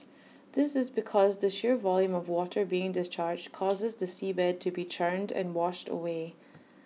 this is because the sheer volume of water being discharged causes the seabed to be churned and washed away